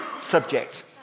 subject